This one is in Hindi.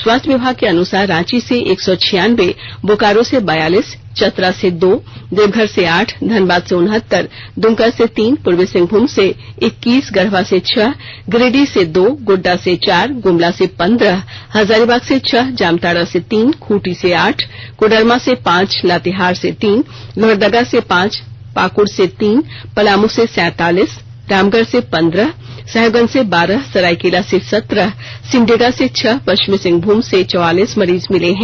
स्वास्थ्य विभाग के अनुसार रांची से एक सौ छियानबे बोकारो से बयालीस चतरा से दो देवघर से आठ धनबाद से उनहत्तर द्मका से तीन पूर्वी सिंहभूम जमशेदपुर से इक्कीस गढ़वा से छह गिरिडीह से दो गोड्डा से चार गुमला से पंद्रह हजारीबाग से छह जामताड़ा से तीन खूंटी से आठ कोडरमा से पांच लातेहार से तीन लोहरदगा से पांच पाकुड़ से तीन पलामू से सैंतालीस रामगढ़ से पंद्रह साहेबगंज से बारह सराईकेला से सत्रह सिमडेगा से छह पश्चिमी सिंहभूम चाईबासा से चौवालीस मरीज मिले हैं